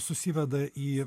susiveda į